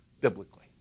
biblically